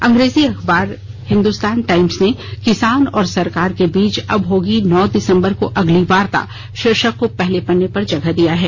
अंग्रेजी अखबार हिंदुस्तान टाइम्स ने किसान और सरकार के बीच अब होगी नौ दिसंबर को अगली वार्ता भाीर्शक को पहले पन्ने पर लिया है